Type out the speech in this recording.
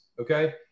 okay